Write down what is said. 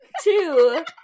Two